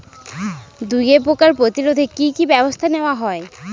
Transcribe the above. দুয়ে পোকার প্রতিরোধে কি কি ব্যাবস্থা নেওয়া হয়?